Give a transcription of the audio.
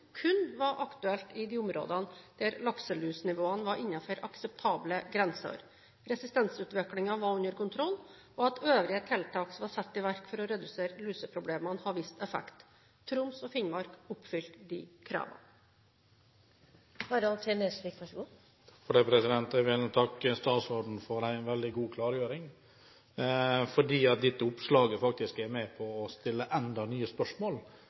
kun var aktuelt i de områdene der lakselusnivåene var innenfor akseptable grenser, resistensutviklingen var under kontroll, og øvrige tiltak som var satt i verk for å redusere luseproblemene, hadde vist effekt. Troms og Finnmark oppfylte disse kravene. Jeg vil takke statsråden for en veldig god klargjøring. Dette oppslaget har faktisk ført til nye spørsmål knyttet til hvem det er